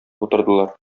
утырдылар